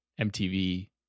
MTV